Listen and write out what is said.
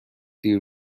دیر